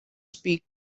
speak